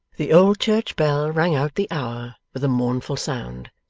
the old church bell rang out the hour with a mournful sound,